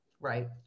Right